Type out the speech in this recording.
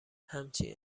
همچین